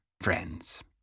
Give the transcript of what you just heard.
friends